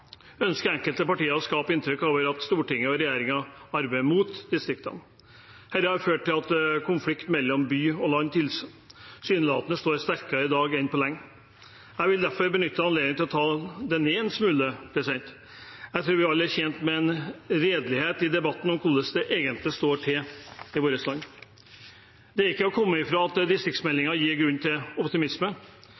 ønsker enkelte partier å skape inntrykk av at Stortinget og regjeringen arbeider mot distriktene. Dette har ført til at konflikten mellom by og land tilsynelatende står sterkere i dag enn på lenge. Jeg vil derfor benytte anledningen til å ta det ned en smule. Jeg tror vi alle er tjent med en redelighet i debatten om hvordan det egentlig står til i vårt land. Det er ikke til å komme fra at